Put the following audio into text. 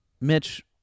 Mitch